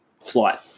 Flight